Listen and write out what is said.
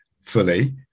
fully